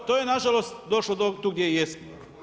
I to je na žalost došlo do tu gdje jesmo.